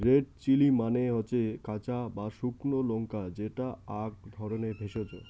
red chilli মানে হসে কাঁচা বা শুকনো লঙ্কা যেটা আক ধরণের ভেষজ